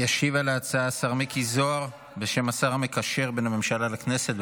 ישיב על ההצעה השר מיקי זוהר בשם השר המקשר בין הממשלה לכנסת.